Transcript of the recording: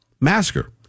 Massacre